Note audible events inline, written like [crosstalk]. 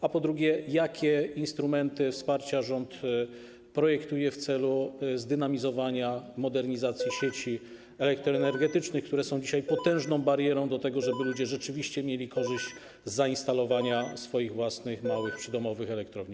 A po drugie, jakie instrumenty wsparcia rząd projektuje w celu zdynamizowania modernizacji [noise] sieci elektroenergetycznych, które są dzisiaj potężną barierą do tego, żeby ludzie rzeczywiście mieli korzyść z zainstalowania swoich własnych małych przydomowych elektrowni?